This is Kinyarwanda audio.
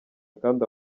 kandi